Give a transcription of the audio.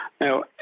Now